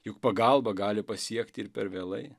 juk pagalba gali pasiekti ir per vėlai